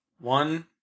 One